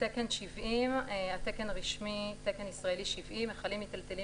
"תקן 70" - התקן הרשמי ת"י 70 - "מכלים מיטלטלים